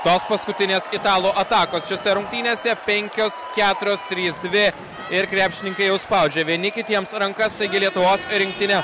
tos paskutinės italų atakos šiose rungtynėse penkios keturios trys dvi ir krepšininkai jau spaudžia vieni kitiems rankas taigi lietuvos rinktinė